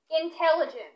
intelligent